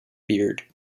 beard